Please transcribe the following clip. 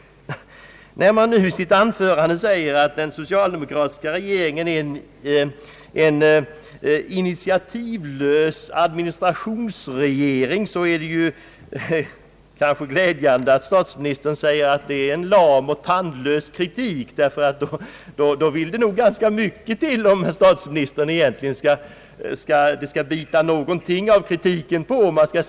När jag i mitt anförande sade att den socialdemokratiska regeringen är en initiativlös administrationsregering, är det på sitt sätt glädjande att statsministern anser att det är en lam och tandlös kritik. Då vill det nämligen till att jag säger mycket mera för att det skall bita på herr statsministern.